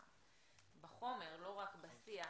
בחומר, לא רק בשיח,